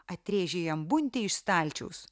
atrėžė jam buntė iš stalčiaus